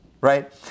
right